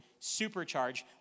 supercharge